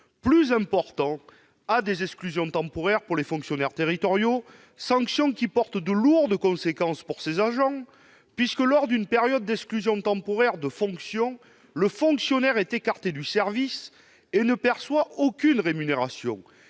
plus important à des exclusions temporaires pour les fonctionnaires territoriaux, sanctions qui portent de lourdes conséquences pour ces agents puisque, lors d'une période d'exclusion temporaire de fonctions, le fonctionnaire est écarté du service et ne perçoit aucune rémunération.